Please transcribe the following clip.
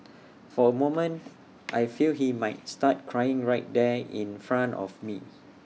for A moment I feel he might start crying right there in front of me